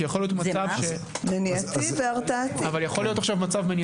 כי יכול להיות מצב מניעתי והרתעתי שבו